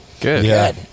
Good